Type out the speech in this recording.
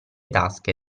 tasche